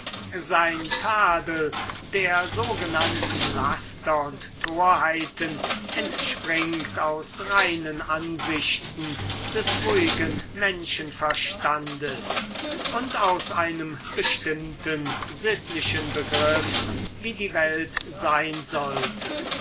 sein tadel der sogenannten laster und torheiten entspringt aus reinen ansichten des ruhigen menschenverstandes und aus einem bestimmten sittlichen begriff wie die welt sein sollte